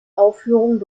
aufführung